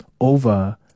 over